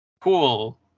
Cool